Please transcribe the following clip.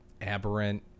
aberrant